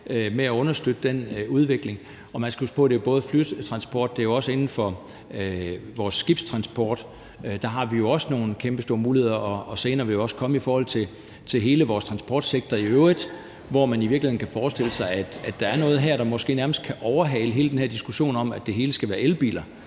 med at understøtte den udvikling. Man skal huske på, at det både er med flytransport, men også er inden for vores skibstransport, at vi også har nogle kæmpestore muligheder. Og senere vil det jo også komme i forhold til hele vores transportsektor i øvrigt, hvor man i virkeligheden kan forestille sig, at der er noget her, der måske nærmest kan overhale hele den her diskussion om, at det hele skal være elbiler.